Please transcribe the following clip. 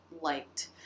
liked